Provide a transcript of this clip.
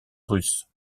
russe